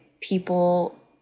people